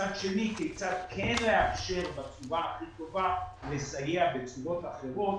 ומצד שני כיצד כן לאפשר בסביבה הכי טובה לסייע בנסיבות אחרות